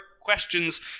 questions